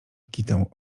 kitę